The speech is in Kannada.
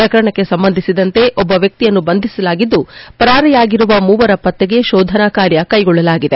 ಪ್ರಕರಣಕ್ಕೆ ಸಂಬಂಧಿಸಿದಂತೆ ಒಬ್ಬ ವ್ಯಕ್ತಿಯನ್ನು ಬಂಧಿಸಲಾಗಿದ್ದು ಪರಾರಿಯಾಗಿರುವ ಮೂವರ ಪತ್ತೆಗೆ ಶೋಧನಾ ಕಾರ್ಯ ಕೈಗೊಳ್ಳಲಾಗಿದೆ